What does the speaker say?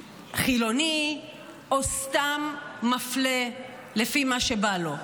חילוני או סתם אפליה לפי מה שבא לו.